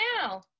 now